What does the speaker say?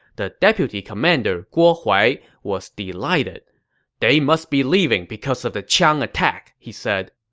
the deputy commander, guo huai, was delighted they must be leaving because of the qiang attack, he said.